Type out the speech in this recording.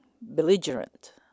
belligerent